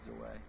away